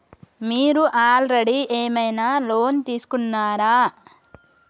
మీరు ఆల్రెడీ ఏమైనా లోన్ తీసుకున్నారా?